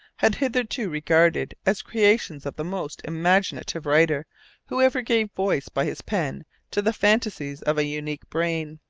had hitherto regarded as creations of the most imaginative writer who ever gave voice by his pen to the phantasies of a unique brain.